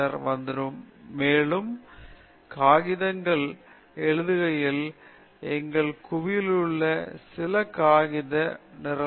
பின்னர் மேலும் மேலும் காகிதங்களை எழுதுகையில் எங்கள் குழுவிலிருந்து சில காகித நிராகரிக்கப்படும் நீங்கள் கவலைப்படக்கூடாது